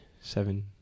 seven